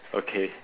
okay